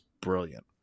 brilliant